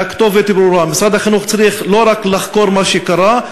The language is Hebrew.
והכתובת היא ברורה: משרד החינוך צריך לא רק לחקור מה שקרה,